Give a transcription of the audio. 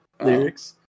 lyrics